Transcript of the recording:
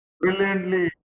Brilliantly